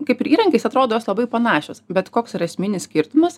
kaip ir įrankiais atrodo jos labai panašios bet koks yra esminis skirtumas